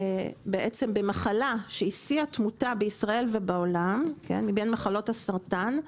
ממחלה שהיא שיא התמותה בישראל ובעולם מבין מחלות הסרטן,